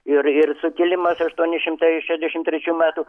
ir ir sukilimas aštuoni šimtai šedešimt trečių metų